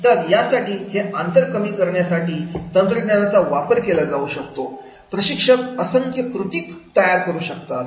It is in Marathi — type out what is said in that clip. तर यासाठी हे अंतर कमी करण्यासाठी तंत्रज्ञानाचा वापर केला जाऊ शकतो प्रशिक्षक असंख्य कृती तयार करू शकतात